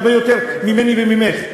הרבה יותר ממני וממך.